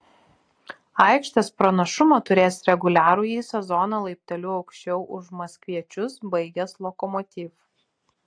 aikštės pranašumą turės reguliarųjį sezoną laipteliu aukščiau už maskviečius baigęs lokomotiv